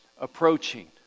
approaching